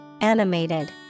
animated